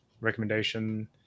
recommendation